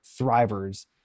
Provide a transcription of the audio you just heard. thrivers